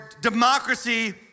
democracy